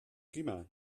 prima